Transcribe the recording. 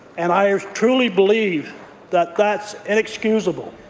and i ah truly believe that that's inexcusable.